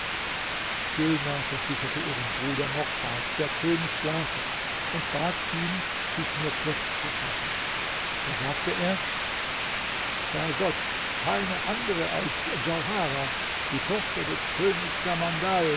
gülnar versicherte ihrem bruder nochmals der könig schlafe und bat ihn sich nun kurz zu fassen da sagte er bei gott keine andere als djauharah die tochter des königs samandal